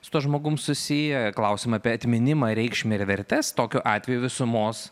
su tuo žmogum susiję klausimai apie atminimą reikšmę ir vertes tokiu atveju visumos